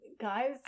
Guys